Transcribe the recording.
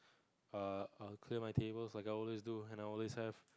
err I'll clear my tables like I always do and I'll always have